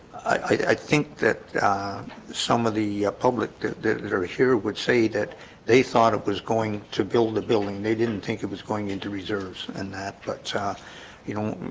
i think that some of the public that that are ah here would say that they thought it was going to build a building they didn't think it was going into reserves and that but you know,